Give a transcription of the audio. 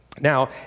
Now